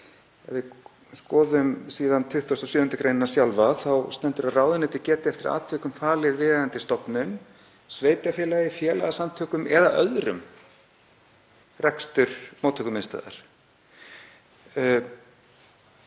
Ef við skoðum síðan 27. gr. sjálfa þá stendur að ráðuneytið geti eftir atvikum falið viðeigandi stofnun, sveitarfélagi, félagasamtökum eða öðrum rekstur móttökumiðstöðvar.